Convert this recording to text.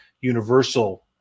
universal